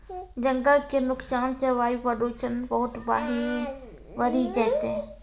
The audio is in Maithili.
जंगल के नुकसान सॅ वायु प्रदूषण बहुत बढ़ी जैतै